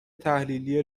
تحلیلی